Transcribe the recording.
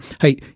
Hey